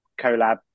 collab